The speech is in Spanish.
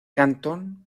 cantón